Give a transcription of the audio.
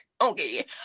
okay